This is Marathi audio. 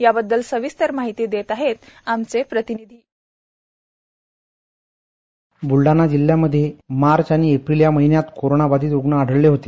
या बद्दल सविस्तर माहिती देत आहेत आमचे प्रतींनिधी बाईट बुलढाणा जिल्ह्यामध्ये मार्च आणि एप्रिल मध्ये कोरोंना बाधित रूग्ण आढळले होते